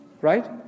Right